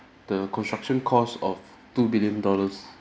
the construction cost of two billion dollars